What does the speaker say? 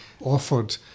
offered